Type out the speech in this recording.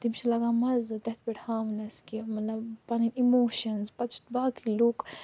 تٔمِس چھُ لَگان مَزٕ تتھ پٮ۪ٹھ ہاونَس کہِ مَطلَب پَنٕنۍ اِموشَنٕز پَتہٕ چھِ باقٕے لُکھ